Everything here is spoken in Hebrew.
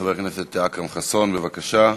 חבר הכנסת אכרם חסון, בבקשה.